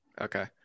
Okay